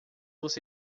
você